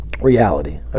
reality